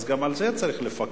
אז גם על זה צריך לפקח.